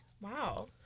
Wow